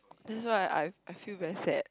that's why I I feel very sad